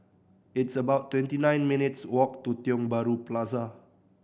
it's about twenty nine minutes' walk to Tiong Bahru Plaza